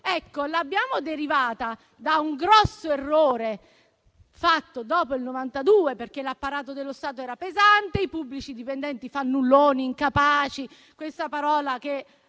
L'abbiamo derivata da un grosso errore fatto dopo il 1992, perché l'apparato dello Stato era pesante e i pubblici dipendenti fannulloni e incapaci. Vi è una frase che